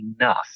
enough